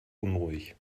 unruhig